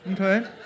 Okay